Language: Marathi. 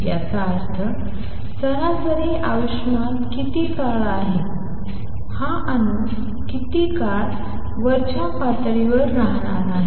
याचा अर्थ सरासरी आयुष्यमान किती काळ आहे हा अणू किती काळ वरच्या पातळीवर राहणार आहे